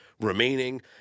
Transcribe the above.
remaining